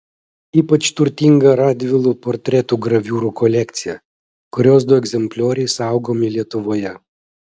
ypač turtinga radvilų portretų graviūrų kolekcija kurios du egzemplioriai saugomi lietuvoje